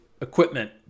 equipment